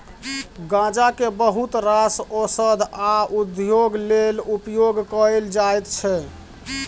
गांजा केँ बहुत रास ओषध आ उद्योग लेल उपयोग कएल जाइत छै